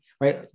Right